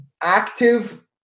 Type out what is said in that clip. active